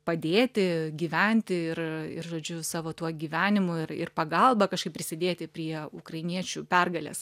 padėti gyventi ir ir žodžiu savo tuo gyvenimu ir ir pagalba kažkaip prisidėti prie ukrainiečių pergalės